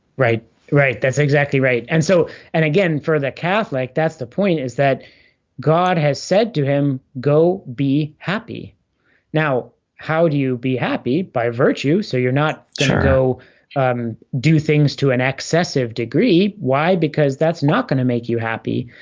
right right that's exactly right and so and again for the catholic that's the point is that god has said to him go be happy now how do you be happy by virtue so you're not going to go do things to an excessive degree why because that's not going to make you happy